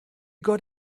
got